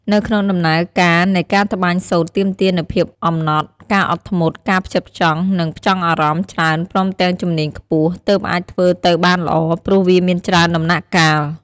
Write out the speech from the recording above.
នៅក្នុងដំណើរការនៃការត្បាញសូត្រទាមទារនូវភាពអំណត់ ការអត់ធ្មត់ ការផ្ចិតផ្ចង់ និងផ្ចង់អារម្មណ៍ច្រើនព្រមទាំងជំនាញខ្ពស់ ទើបអាចធ្វើទៅបានល្អ ព្រោះវាមានច្រើនដំណាក់កាល។